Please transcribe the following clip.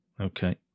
Okay